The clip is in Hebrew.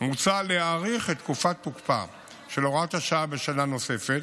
מוצע להאריך את תקופת תוקפה של הוראת השעה בשנה נוספת,